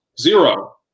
Zero